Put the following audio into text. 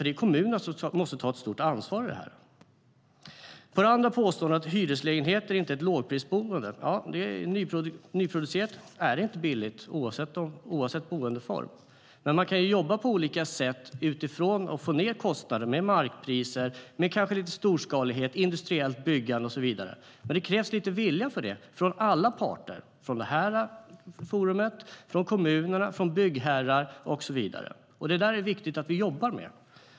Det är nämligen kommunerna måste ta ett stort ansvar för detta. Det andra påståendet var att hyreslägenheter inte är ett lågprisboende. Nyproducerade lägenheter är inte billiga, oavsett boendeform. Men man kan jobba på olika sätt för att få ned kostnaderna på mark och för att få ned kostnaderna genom storskalighet, industriellt byggande och så vidare. Men det krävs lite vilja för det från alla parter, från riksdagen, från kommunerna, från byggherrar och så vidare. Det är viktigt att vi jobbar med det.